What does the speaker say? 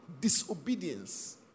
disobedience